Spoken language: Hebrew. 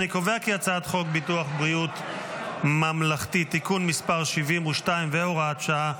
אני קובע כי הצעת חוק ביטוח בריאות ממלכתי (תיקון מס' 72 והוראת שעה),